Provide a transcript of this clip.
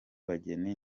bageni